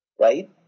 right